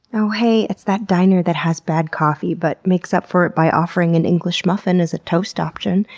oh, heeeyyy, it's that diner that has bad coffee but makes up for it by offering an english muffin as toast option,